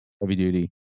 heavy-duty